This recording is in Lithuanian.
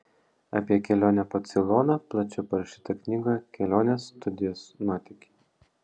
apie kelionę po ceiloną plačiau parašyta knygoje kelionės studijos nuotykiai